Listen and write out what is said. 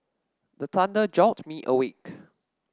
the thunder jolt me awake